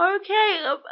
Okay